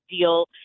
deal